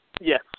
Yes